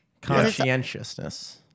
Conscientiousness